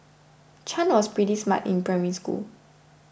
Chan was pretty smart in Primary School